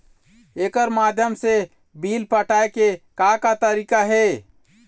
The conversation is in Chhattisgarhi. एकर माध्यम से बिल पटाए के का का तरीका हे?